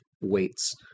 weights